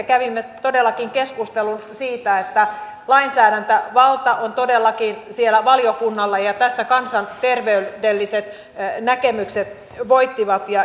kävimme todellakin keskustelun siitä että lainsäädäntövalta on todellakin valiokunnalla ja tässä kansanterveydelliset näkemykset voittivat